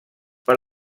per